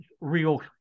real